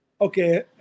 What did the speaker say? Okay